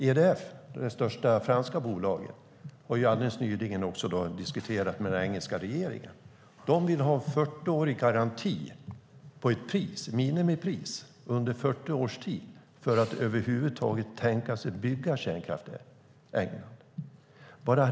EDF, det största franska bolaget, har nyligen diskuterat med den engelska regeringen och vill ha 40 års garanti på ett minimipris för att över huvud taget kunna tänka sig att bygga kärnkraft i England.